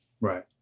Right